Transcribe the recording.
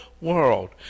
world